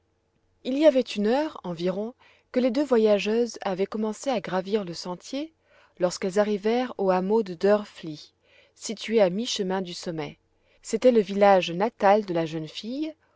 il y avait une heure environ que les deux voyageuse savaient commencé à gravir le sentier lorsqu'elles arrivèrent au hameau de drfli situé à mi-chemin du sommet c'était le village natal de la jeune fille